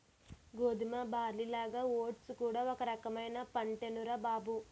గోధుమ, బార్లీలాగా ఓట్స్ కూడా ఒక రకమైన పంటేనురా బాబూ